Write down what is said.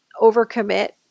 overcommit